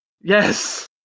Yes